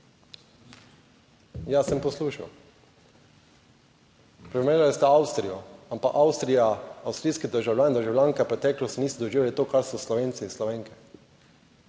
Jaz sem poslušal, primerjali ste Avstrijo, ampak Avstrija, avstrijski državljani in državljanke v preteklosti niso doživeli tega, kar so Slovenci in Slovenke.